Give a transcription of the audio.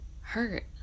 hurt